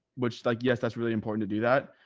which like, yes, that's really important to do that,